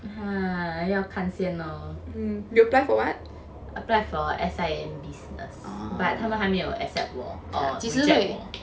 要看先 lor applied for S_I_M business but 他们还没有 accept 我 or reject 我